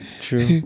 true